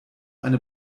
eine